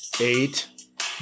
eight